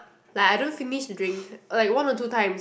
like I don't finish the drink like one or two times